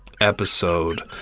episode